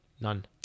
None